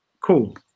cool